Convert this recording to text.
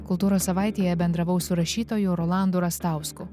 kultūros savaitėje bendravau su rašytoju rolandu rastausku